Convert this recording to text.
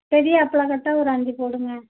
பெரிய அப்பளக் கட்டாக ஒரு அஞ்சுப் போடுங்கள்